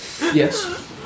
yes